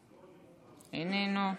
איננו.